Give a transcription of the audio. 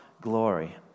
glory